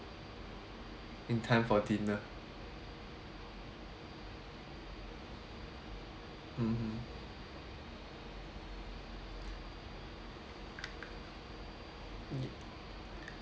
in time for dinner mmhmm yup